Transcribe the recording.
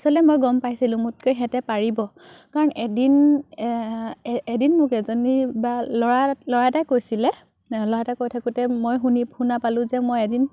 আচলতে মই গম পাইছিলোঁ মোতকৈ সিহঁতে পাৰিব কাৰণ এদিন এদিন মোক এজনী বা ল'ৰা ল'ৰা এটাই কৈছিলে ল'ৰা এটাই কৈ থাকোঁতে মই শুনি শুনা পালোঁ যে মই এদিন